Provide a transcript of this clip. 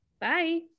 Bye